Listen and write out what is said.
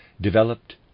developed